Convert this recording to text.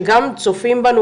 שגם צופים בנו,